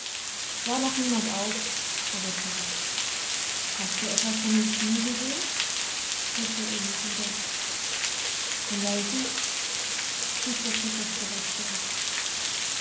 war noch niemand auf gab er zurück hast du etwas von dem stuhl gesehen frug der öhi wieder von welchem rief der peter störrisch zurück